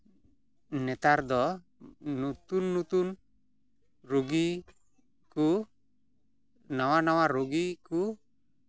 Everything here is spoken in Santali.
ᱱᱮᱛᱟᱨ ᱫᱚ ᱱᱚᱛᱩᱱ ᱱᱚᱛᱩᱱ ᱨᱩᱜᱤ ᱠᱚ ᱱᱟᱣᱟ ᱱᱟᱣᱟ ᱨᱩᱜᱤ ᱠᱚ